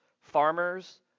farmers